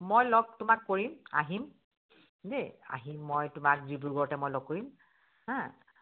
মই লগ তোমাক কৰিম আহিম দেই আহিম মই তোমাক ডিব্ৰুগড়তে মই লগ কৰিম হা